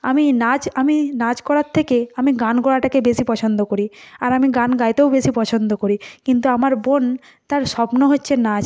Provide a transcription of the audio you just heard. আমি নাচ আমি নাচ করার থেকে আমি গান করাটাকে বেশি পছন্দ করি আর আমি গান গাইতেও বেশি পছন্দ করি কিন্তু আমার বোন তার স্বপ্ন হচ্ছে নাচ